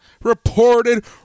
reported